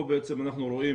פה אנחנו רואים